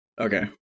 Okay